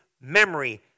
memory